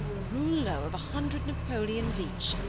rouleaux of a hundred napoleons each.